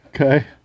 okay